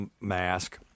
mask